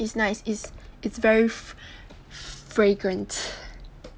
it's nice it's it's very fr~ fragrant